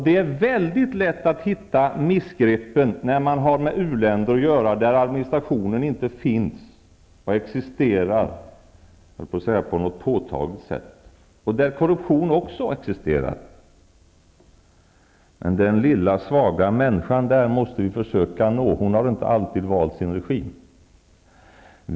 Det är lätt att hitta missgreppen när man har med u-länder att göra, där administrationen inte finns på något påtagligt sätt och där korruption existerar. Men den lilla svaga människan där måste vi försöka nå. Hon har inte alltid valt sin regim.